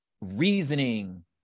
reasoning